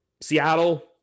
Seattle